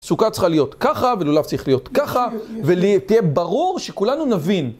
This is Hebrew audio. סוכה צריכה להיות ככה ולולב צריך להיות ככה ותהיה ברור שכולנו נבין.